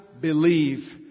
believe